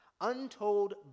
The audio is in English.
untold